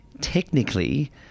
technically